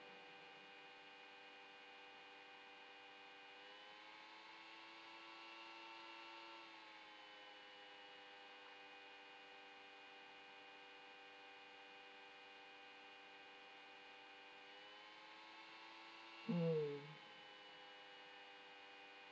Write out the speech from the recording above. mm